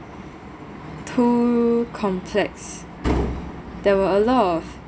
too complex there were a lot of